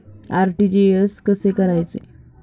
RTGS कसे करायचे?